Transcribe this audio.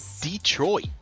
Detroit